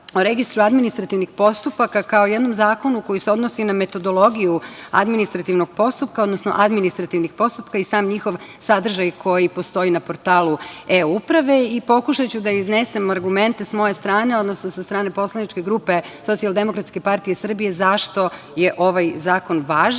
o registru administrativnih postupaka, kao jednom zakonu koji se odnosi na metodologiju administrativnog postupka, odnosno administrativnih postupaka i sam njihov sadržaj koji postoji na portalu E-uprave i pokušaću da iznesem argumente sa moje strane, odnosno sa strane poslaničke grupe Socijaldemokratske partije Srbije, zašto je ovaj zakon važan